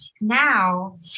now